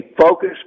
focus